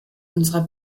unserer